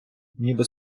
ніби